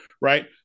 right